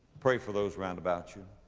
pray for those round about you.